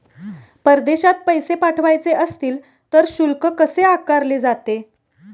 परदेशात पैसे पाठवायचे असतील तर शुल्क कसे आकारले जाते?